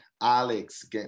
Alex